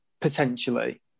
potentially